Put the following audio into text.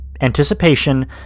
anticipation